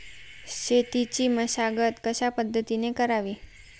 शेतीची मशागत कशापद्धतीने करावी?